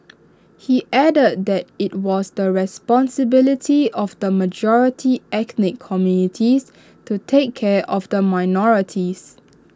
he added that IT was the responsibility of the majority ethnic communities to take care of the minorities